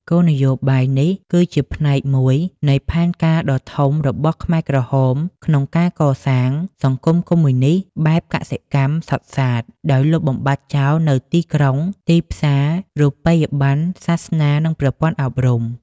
គោលនយោបាយនេះគឺជាផ្នែកមួយនៃផែនការដ៏ធំរបស់ខ្មែរក្រហមក្នុងការកសាង សង្គមកុម្មុយនីស្តបែបកសិកម្មសុទ្ធសាធ ដោយលុបបំបាត់ចោលនូវទីក្រុង ទីផ្សារ រូបិយប័ណ្ណ សាសនា និងប្រព័ន្ធអប់រំ។